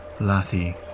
Lathi